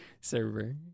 server